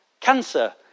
cancer